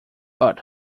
but